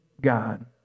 God